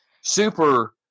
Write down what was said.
super